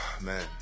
man